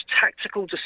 tactical